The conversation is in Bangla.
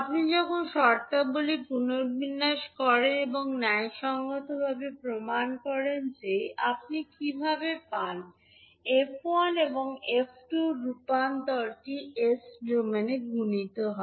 আপনি যখন শর্তাবলী পুনর্বিন্যাস করেন এবং ন্যায়সঙ্গতভাবে প্রমাণ করেন যে আপনি কীভাবে পান f1 এবং f2 এর রূপান্তরটি এস ডোমেনে গুণিত হয়